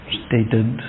stated